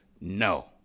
no